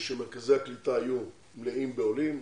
שמרכזי הקליטה יהיו מלאים בעולם.